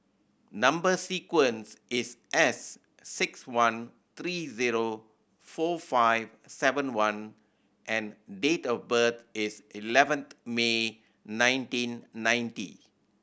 number sequence is S six one three zero four five seven one and date of birth is eleventh May nineteen ninety